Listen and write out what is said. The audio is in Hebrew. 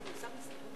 בהסמכתו.